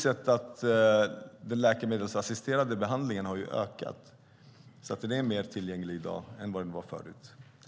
Den läkemedelsassisterade behandlingen har ökat, så den är mer tillgänglig i dag än vad den var förut.